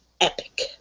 epic